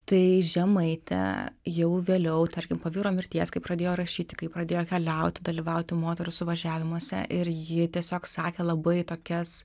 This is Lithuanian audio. tai žemaitė jau vėliau tarkim po vyro mirties kai pradėjo rašyti kai pradėjo keliauti dalyvauti moterų suvažiavimuose ir ji tiesiog sakė labai tokias